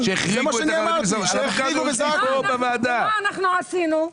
ומה אנחנו עשינו?